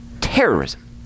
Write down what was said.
terrorism